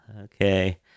okay